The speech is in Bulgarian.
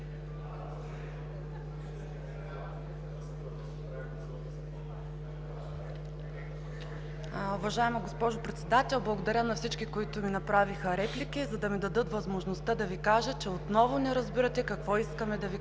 Уважаема госпожо Председател! Благодаря на всички, които ми направиха реплики, за да ми дадат възможността да Ви кажа, че отново не разбирате какво искаме да Ви кажем,